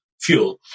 fuel